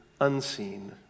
unseen